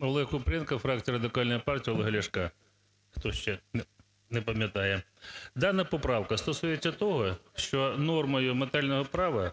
ОлегКупрієнко, фракція Радикальної партії Олега Ляшка, хто ще не пам'ятає. Дана поправка стосується того, що нормою ментального права